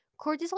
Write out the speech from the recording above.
Cortisol